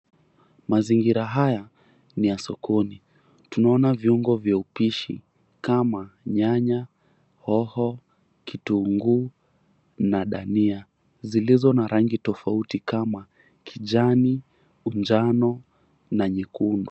Mazingira haya ni ya sokoni tunaona viungo vya upishi kama nyanya, hoho, kitunguu na dania zilizo na rangi tofauti kama kijani, unjano na nyekundu.